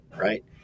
right